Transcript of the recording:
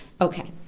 Okay